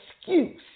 excuse